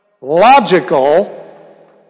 logical